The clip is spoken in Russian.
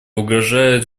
угрожает